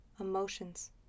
Emotions